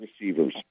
receivers